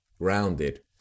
Grounded